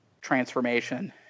transformation